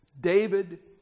David